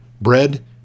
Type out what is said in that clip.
bread